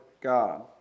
God